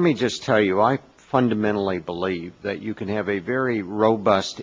me just tell you i fundamentally believe that you can have a very robust